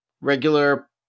regular